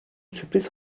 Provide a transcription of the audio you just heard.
sürpriz